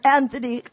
Anthony